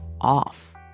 off